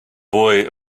boy